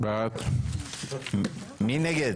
מי נגד?